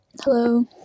hello